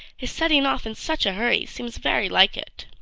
his setting off in such a hurry seems very like it.